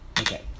Okay